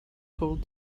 told